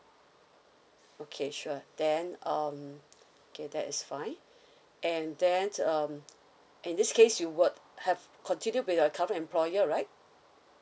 okay sure then um K that is fine and then um in this case you would have continued with your current employer right